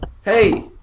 hey